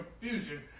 confusion